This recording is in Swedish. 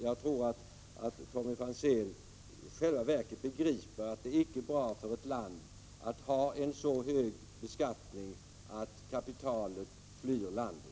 Jag tror att Tommy Franzén i själva verket begriper att det icke är bra för ett land att ha en så hög beskattning att kapitalet flyr landet.